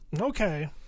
okay